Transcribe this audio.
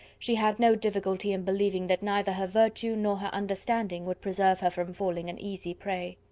she had no difficulty in believing that neither her virtue nor her understanding would preserve her from falling an easy prey.